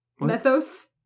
Methos